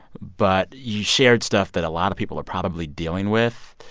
but you shared stuff that a lot of people are probably dealing with.